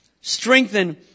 strengthen